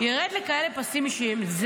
ירד לפסים אישיים כאלה.